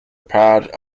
part